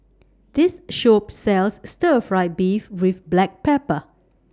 This Shop sells Stir Fry Beef with Black Pepper